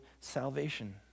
salvation